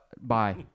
bye